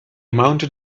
mounted